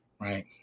Right